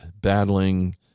battling